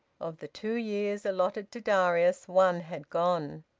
of the two years allotted to darius, one had gone.